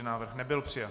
Návrh nebyl přijat.